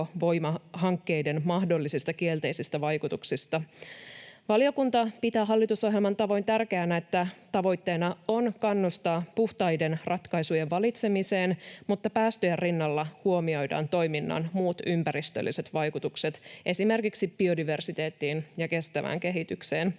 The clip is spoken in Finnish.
aurinkovoimahankkeiden, mahdollisista kielteisistä vaikutuksista. Valiokunta pitää hallitusohjelman tavoin tärkeänä, että tavoitteena on kannustaa puhtaiden ratkaisujen valitsemiseen, mutta päästöjen rinnalla huomioidaan toiminnan muut ympäristölliset vaikutukset esimerkiksi biodiversiteettiin ja kestävään kehitykseen.